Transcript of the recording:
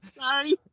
sorry